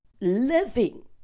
living